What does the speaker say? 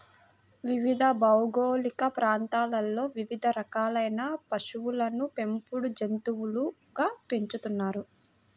వివిధ భౌగోళిక ప్రాంతాలలో వివిధ రకాలైన పశువులను పెంపుడు జంతువులుగా పెంచుతున్నారు